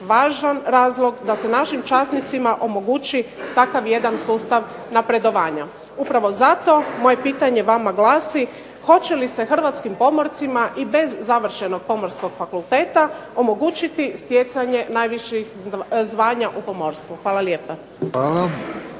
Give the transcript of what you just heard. važan razlog da se naših časnicima omogući takav jedan sustav napredovanja. Upravo zato moje pitanje vama glasi: hoće li se hrvatskim pomorcima i bez završenog Pomorskog fakulteta omogućiti stjecanje najviših zvanja u pomorstvu. Hvala lijepa.